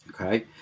Okay